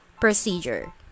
procedure